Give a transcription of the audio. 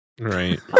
Right